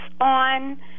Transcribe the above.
on